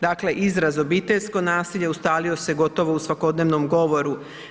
Dakle, izraz obiteljsko nasilje ustalio se gotovo u svakodnevnom govoru.